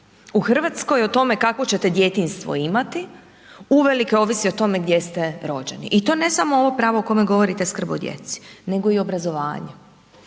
u Hrvatskoj o tome, kakvo ćete djetinjstvo imati, uvelike ovisi o tome gdje ste rođeni i to ne samo ovo pravo o kojem govorite o skrb i djeci, nego i obrazovanju.